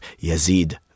Yazid